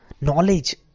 knowledge